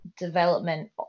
development